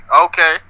okay